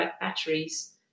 batteries